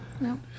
No